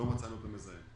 מצאנו את המזהם.